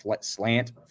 slant